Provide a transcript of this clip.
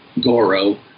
Goro